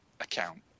account